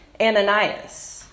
Ananias